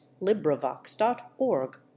LibriVox.org